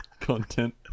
content